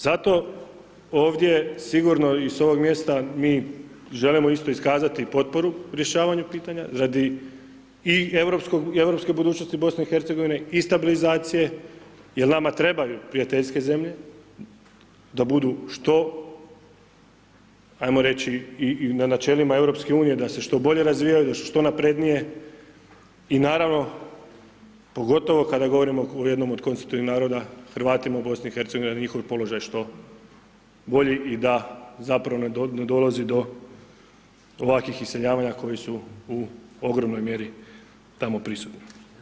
Zato ovdje sigurno i sa ovog mjesta mi želimo isto iskazati potporu rješavanja tih problema, radi i europske budućnosti BIH i stabilizacije, jer nama trebaju prijateljske zemlje da budu što ajmo reći i na načelima EU, da se što bolje razvijaju, da su što naprednije i naravno pogotovo kada govorimo jednom od konstitutivnih naroda Hrvatima u BIH, što bolji i da zapravo ne dolazi do ovakvih iseljavanja koji su u ogromnoj mjeri tamo prisutni.